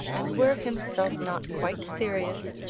and were himself not quite serious,